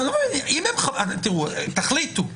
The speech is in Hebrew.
תחליטו: